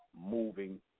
moving